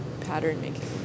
pattern-making